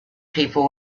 people